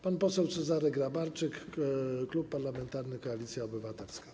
Pan poseł Cezary Grabarczyk, Klub Parlamentarny Koalicja Obywatelska.